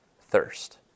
thirst